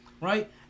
right